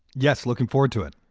yes. looking forward to it.